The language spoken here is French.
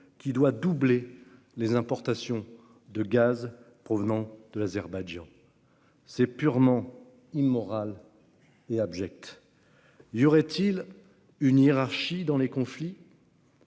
le doublement des importations de gaz en provenance de l'Azerbaïdjan. C'est purement immoral et abject ! Y aurait-il une hiérarchie dans les conflits ?